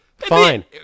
Fine